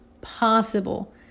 possible